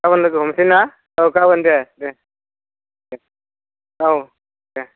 गाबोन लोगो हमनोसैना औ गाबोन दे दे औ दे